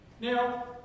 Now